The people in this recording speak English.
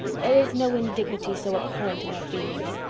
there is no indignity so abhorrent to their feelings!